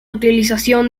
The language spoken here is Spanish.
utilización